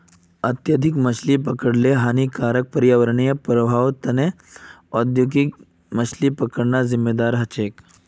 अत्यधिक मछली पकड़ ल हानिकारक पर्यावरणीय प्रभाउर त न औद्योगिक मछली पकड़ना जिम्मेदार रह छेक